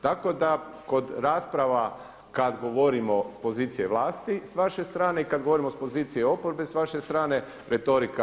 Tako da kod rasprava kad govorimo sa pozicije vlasti sa vaše strane i kad govorimo sa pozicije oporbe sa vaše strane retorika nije jednaka.